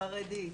חרדים,